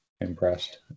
impressed